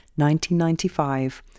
1995